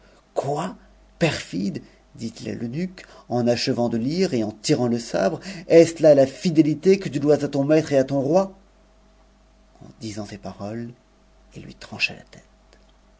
quoi perfide dit-il à l'eunuque en achevant de lire en tirant le sabre est-ce là la ndëlité que tu dois à ton maître et à ton m en disant ces paroles il lui trancha la tête